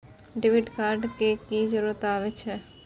Debit card के की जरूर आवे छै?